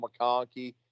McConkey